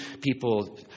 people